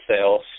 sales